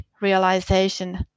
realization